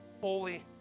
holy